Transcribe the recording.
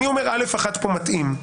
לדעתי, א(1) פה מתאים.